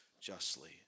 justly